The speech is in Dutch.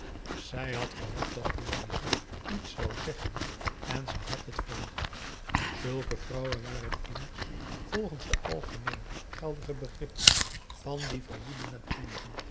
zij had gehoopt dat louise iets zou zeggen en ze had het verwacht zulke vrouwen waren immers volgons de algemeen geldige begrippen p a daum hoe hij raad van indië werd onder ps maurits van die verwoede naturen